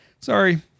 sorry